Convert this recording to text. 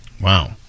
Wow